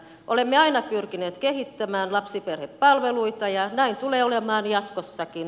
olemme aina pyrkineet kehittämään lapsiperhepalveluita ja näin tulee olemaan jatkossakin